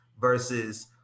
versus